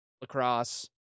lacrosse